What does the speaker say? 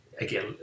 Again